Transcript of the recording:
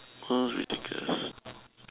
who's ridiculous